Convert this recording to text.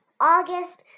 August